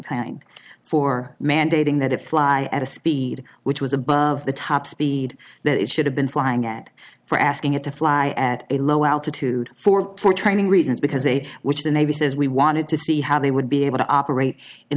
plan for mandating that a fly at a speed which was above the top speed that it should have been flying at for asking it to fly at a low altitude for for training reasons because it was the navy says we wanted to see how they would be able to operate in